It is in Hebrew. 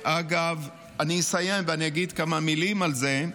אגב, אני אסיים ואני אגיד כמה מילים על זה.